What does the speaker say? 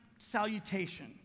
Salutation